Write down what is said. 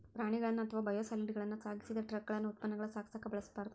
ಪ್ರಾಣಿಗಳನ್ನ ಅಥವಾ ಬಯೋಸಾಲಿಡ್ಗಳನ್ನ ಸಾಗಿಸಿದ ಟ್ರಕಗಳನ್ನ ಉತ್ಪನ್ನಗಳನ್ನ ಸಾಗಿಸಕ ಬಳಸಬಾರ್ದು